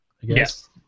Yes